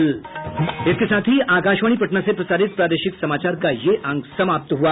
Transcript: इसके साथ ही आकाशवाणी पटना से प्रसारित प्रादेशिक समाचार का ये अंक समाप्त हुआ